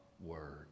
word